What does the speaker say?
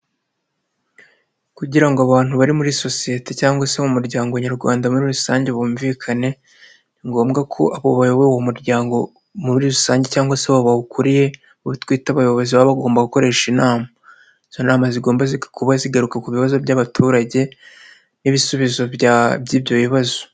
Kugira ngo abantu bari muri sosiyete cyangwa se mu muryango nyarwanda muri rusange bumvikane ni ngombwa ko abo bayoboye umuryango muri rusange cyangwa se abo bawukuriye abo twita abayobozi baba bagomba gukoresha inama, izo nama zigomba kuba zigaruka ku bibazo by'abaturage n'ibisubizo by'ibyo bibazo.